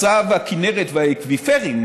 הכינרת והאקוויפרים,